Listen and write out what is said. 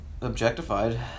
objectified